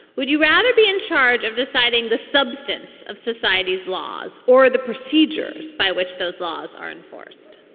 would you rather be in charge of deciding the substance of society's laws or the procedures by which those laws are enforced?